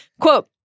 Quote